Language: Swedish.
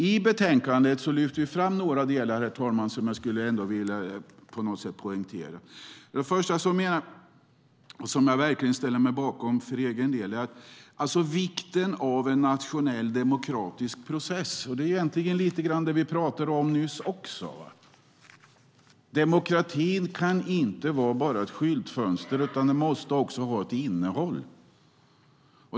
I utlåtandet lyfter vi fram några saker, herr talman, som jag skulle vilja poängtera. Först och främst vikten av en nationell demokratisk process, och det ställer jag bakom för egen del. Det är lite grann det som vi pratade om nyss. Demokratin kan inte bara vara ett skyltfönster, utan det måste också finnas ett innehåll.